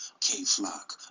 K-Flock